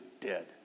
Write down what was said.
dead